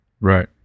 right